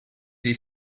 des